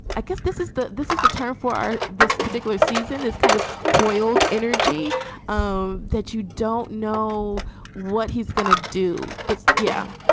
i guess this is this is the term for this particular season is kind of coiled energy um that you don't know what he's going to do. but yeah.